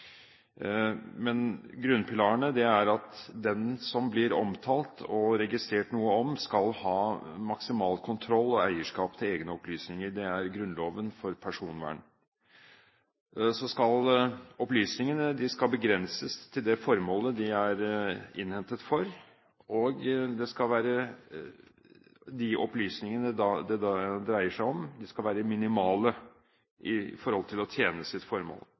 Men grunnpilaren er at den som blir omtalt, og som blir registrert, skal ha maksimal kontroll og eierskap til egne opplysninger. Det står i Grunnloven om personvern. Så skal opplysningene begrenses til det formålet de er innhentet for, og de opplysningene det dreier seg om, skal være minimale når det gjelder å tjene sitt formål.